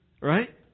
Right